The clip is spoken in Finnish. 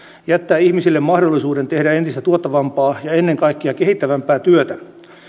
jättää ihmisille mahdollisuuden tehdä entistä tuottavampaa ja ennen kaikkea kehittävämpää työtä